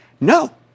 No